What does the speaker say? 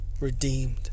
Redeemed